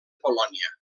polònia